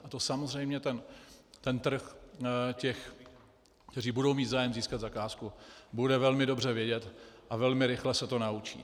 A to samozřejmě trh těch, kteří budou mít zájem získat zakázku, bude velmi dobře vědět a velmi rychle se to naučí.